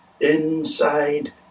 inside